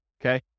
okay